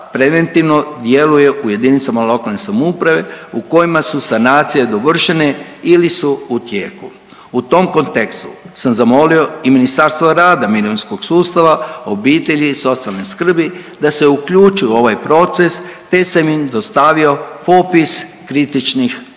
preventivno djeluje u jedinicama lokalne samouprave u kojima su sanacije dovršene ili su u tijeku. U tom kontekstu sam zamolio i Ministarstvo rada, mirovinskog sustava, obitelji i socijalne skrbi da se uključi u ovaj proces, te sam im dostavio popis kritičnih lokacija.